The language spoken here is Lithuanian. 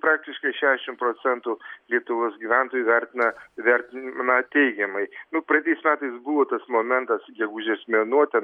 praktiškai šešim procentų lietuvos gyventojų vertina vertina teigiamai nu praeitais metais buvo tas momentas gegužės mėnuo ten